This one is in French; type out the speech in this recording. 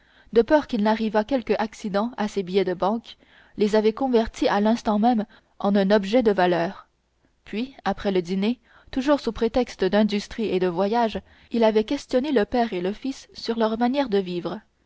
de peur qu'il n'arrivât quelque accident à ses billets de banque les avait convertis à l'instant même en un objet de valeur puis après le dîner toujours sous prétexte d'industrie et de voyages il avait questionné le père et le fils sur leur manière de vivre